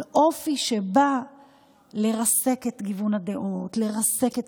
על אופי שבא לרסק את גיוון הדעות, לרסק את